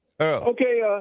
Okay